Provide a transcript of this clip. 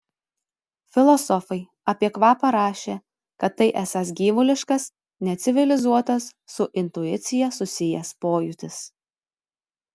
filosofai apie kvapą rašė kad tai esąs gyvuliškas necivilizuotas su intuicija susijęs pojūtis